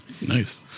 nice